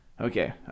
Okay